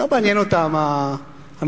לא מעניין אותם המצעדים.